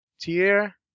tier